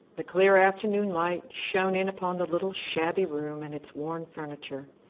the clear afternoon light shone in upon the little shabby room and its worn furniture.